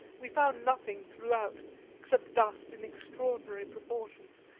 we found nothing throughout except dust in extraordinary proportions,